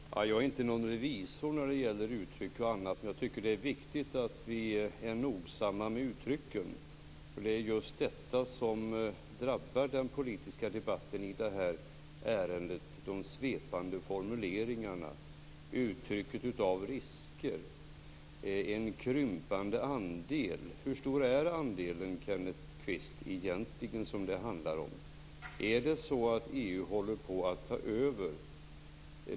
Fru talman! Jag är inte någon revisor när det gäller uttryck och annat, men jag tycker att det är viktigt att vi är nogsamma med uttrycken. Det är just de svepande formuleringarna och uttrycken vad gäller risker som drabbar den politiska debatten i det här ärendet. En krympande andel, säger Kenneth Kvist. Hur stor är den andel egentligen som det handlar om? Är det så att EU håller på att ta över?